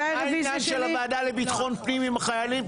מה העניין של הוועדה לביטחון פנים עם החיילים,